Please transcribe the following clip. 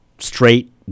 straight